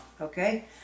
Okay